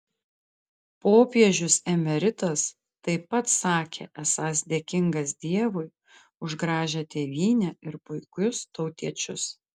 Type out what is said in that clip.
popiežius emeritas taip pat sakė esąs dėkingas dievui už gražią tėvynę ir puikius tautiečius